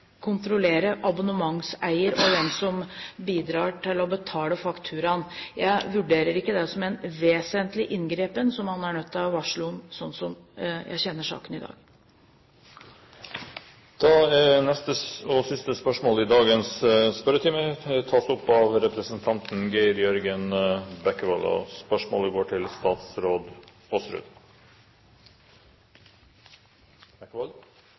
kontrollere abonnementseier, og hvem som bidrar til å betale fakturaen. Jeg vurderer ikke det som en vesentlig inngripen som man er nødt til å varsle om, slik jeg kjenner saken i dag. Dette spørsmålet, fra representanten Hanne Thürmer til arbeidsministeren, vil bli tatt opp av representanten Geir Jørgen Bekkevold. Jeg tillater meg å stille følgende spørsmål til